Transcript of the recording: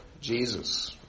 Jesus